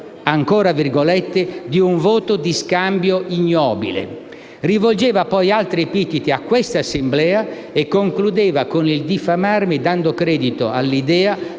od oggetto di un «voto di scambio ignobile». Rivolgeva poi altri epiteti a questa Assemblea e concludeva con il diffamarmi dando credito all'idea